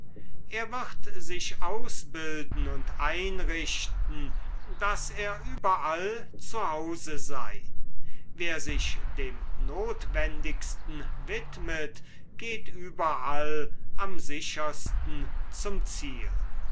er wird sich ausbilden und einrichten daß er überall zu hause sei wer sich dem notwendigsten widmet geht überall am sichersten zum ziel